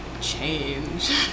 change